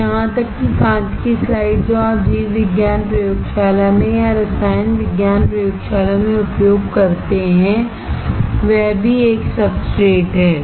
तो यहां तक कि कांच की स्लाइड जो आप जीव विज्ञान प्रयोगशाला में या रसायन विज्ञान प्रयोगशाला में उपयोग करते हैं वह भी एक सब्सट्रेट है